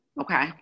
Okay